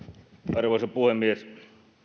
arvoisa puhemies